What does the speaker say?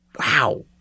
Wow